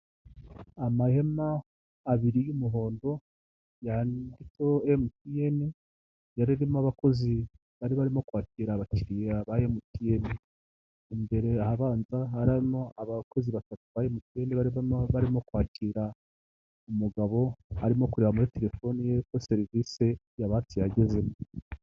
Uyu n'umukuru w'igihugu cyu Rwanda, aho yari ari kwiyampamariza kuyobora ndetse nk'uko bigaragara abaturage bakaba bari kumugaragariza urukundo, bamwishimiye kandi bamwereka ko bamushyigikiye.